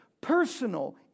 personal